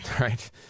right